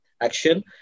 action